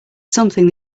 something